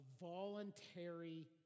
voluntary